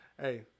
Hey